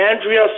Andrea